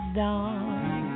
dawn